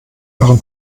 warum